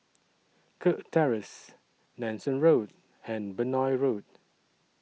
Kirk Terrace Nanson Road and Benoi Road